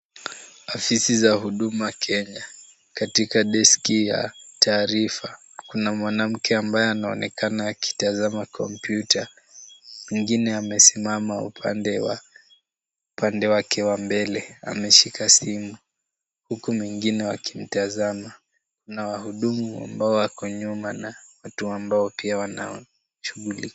Afisi za Huduma Kenya. Katika deski ya taarifa , kuna mwanamke ambaye anaonekana akitazama kompyuta, mwingine amesimama upande wake wa mbele. Ameshika simu, huku wengine wakimtazama na wahudumu ambao wako nyuma na watu ambao wanashughulika.